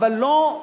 אבל לא,